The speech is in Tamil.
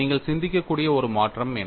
நீங்கள் சிந்திக்கக்கூடிய ஒரு மாற்றம் என்ன